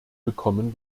bekommen